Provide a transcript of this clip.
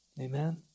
Amen